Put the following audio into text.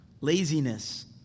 Laziness